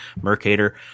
mercator